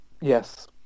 yes